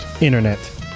Internet